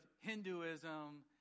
Hinduism